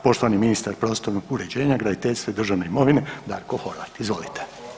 Poštovani ministar prostornog uređenja, graditeljstva i državne imovine Darko Horvat, izvolite.